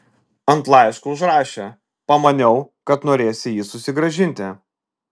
ant laiško užrašė pamaniau kad norėsi jį susigrąžinti